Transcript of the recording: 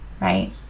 right